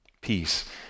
Peace